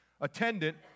attendant